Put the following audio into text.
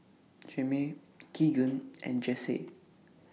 Jame Keagan and Jase